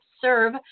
serve